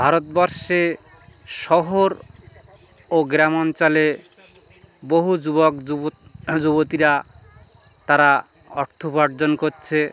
ভারতবর্ষে শহর ও গ্রাম অঞ্চলে বহু যুবক যুব যুবতীরা তারা অর্থ উপার্জন করছে